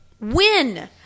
win